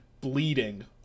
bleeding